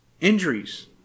injuries